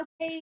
okay